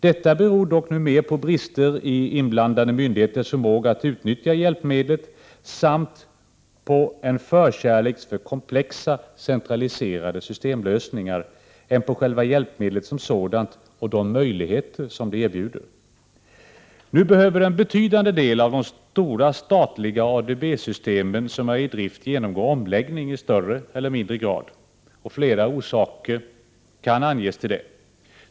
Detta beror dock mer på brister i inblandade myndigheters förmåga att utnyttja hjälpmedlet samt på en förkärlek för komplexa, centraliserade systemlösningar än på hjälpmedlet som sådant och de möjligheter som det erbjuder. Nu behöver en betydande del av de stora statliga ADB-systemen som är i drift genomgå omläggning i större eller mindre grad. Flera orsaker kan anges till detta.